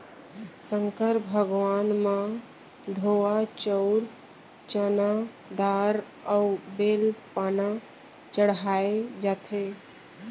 संकर भगवान म धोवा चाउंर, चना दार अउ बेल पाना चड़हाए जाथे